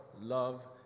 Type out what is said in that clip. love